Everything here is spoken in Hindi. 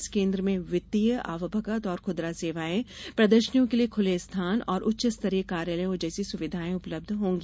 इस केन्द्र में वित्तीय आवभगत और खुदरा सेवाएं प्रदर्शनियों के लिए खुले स्थान और उच्च स्तरीय कार्यालयों जैसी सुविधाएं उपलब्ध होंगी